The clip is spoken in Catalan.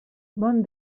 bon